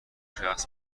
شخص